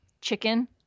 chicken